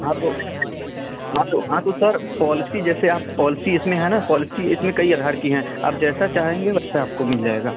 हाँ तो हाँ तो हाँ तो सर पॉलिसी जैसे आप पॉलिसी इसमें है न पॉलिसी इसमें कई अधार की हैं आप जैसा चाहेंगे वैसे आपको मिल जाएगा